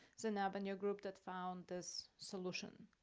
it's an avenue group that found this solution.